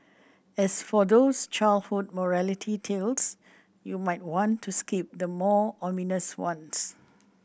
as for those childhood morality tales you might want to skip the more ominous ones